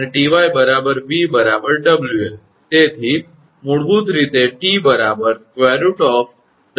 તેથી મૂળભૂત રીતે 𝑇 √𝑊𝑐2 𝑊𝑠2